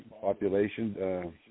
population